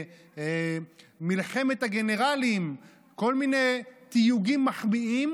"מלחמת הגנרלים", כל מיני תיוגים מחמיאים,